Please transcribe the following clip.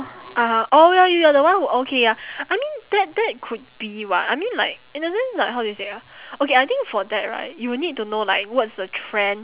ah oh ya you are the one who okay ya I mean that that could be [what] I mean like it doesn't like how do you say ah okay I think for that right you need to know like what's the trend